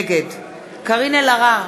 נגד קארין אלהרר,